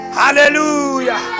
hallelujah